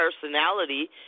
personality